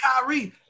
Kyrie